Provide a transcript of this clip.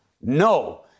No